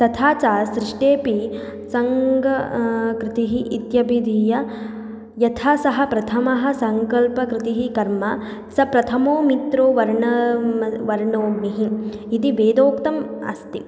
तथा च सृष्टेरपि सङ्गः कृतिः इत्यभिधाय यथा सः प्रथमः सङ्कल्पकृतिः कर्म सः प्रथमो मित्रो वर्णं वर्णोमिः इति वेदोक्तम् अस्ति